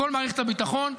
כל מערכת הביטחון,